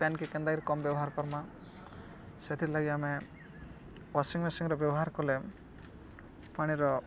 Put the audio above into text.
ପେନ୍କେ କେନ୍ତା କରି କମ୍ ବ୍ୟବହାର୍ କର୍ମା ସେଥିର୍ଲାଗି ଆମେ ୱାଶିଂ ମେସିନ୍ର ବ୍ୟବହାର୍ କଲେ ପାଣିର